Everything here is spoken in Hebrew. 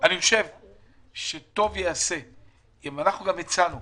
אנחנו הצענו